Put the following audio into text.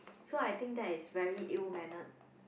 so I think that is very ill mannered